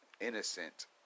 innocent